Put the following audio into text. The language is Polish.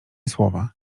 słowa